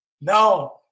No